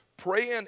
Praying